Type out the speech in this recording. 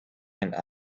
and